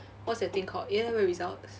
what's that thing called A level results